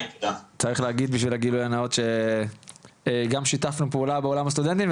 צריך להגיד בשביל הגילוי הנאות שגם שיתפנו פעולה כסטודנטים,